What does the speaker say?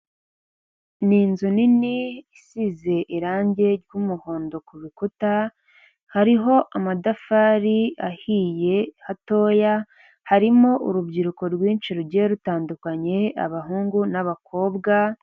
Ni inzu nini isize irangi ry'umuhondo kurukuta; hariho amatafari ahiye hatoya, harimo urubyiruko rwinshi rugiye rutandukanye abahungu n'abakobwa